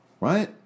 right